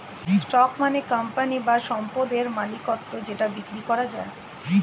stock মানে company বা সম্পদের মালিকত্ব যেটা বিক্রি করা যায়